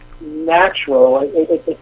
natural